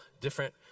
different